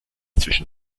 zwischen